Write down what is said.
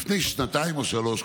זה כבר לפני שנתיים או שלוש.